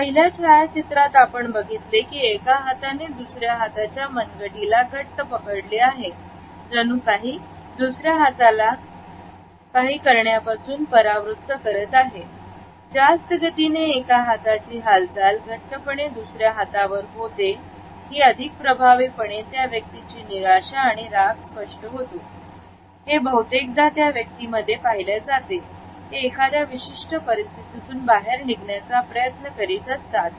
पहिल्या छायाचित्रात आपण बघितले कि एका हाताने दुसऱ्या हाताच्या मनगटी ला घट्ट पकडले आहे जणू काही दुसरा हाताला करण्यापासून परावृत्त करत आहे जास्त गतीने एका हाताची हालचाल घट्टपणे दुसरा हातावर होते ही अधिक प्रभावीपणे त्या व्यक्तीची निराशा आणि राग स्पष्ट होतो हे बहुतेकदा त्या व्यक्तींमध्ये पाहिल्या जाते हे एखाद्या विशिष्ट परिस्थितीतून बाहेर निघण्याचा प्रयत्न करतात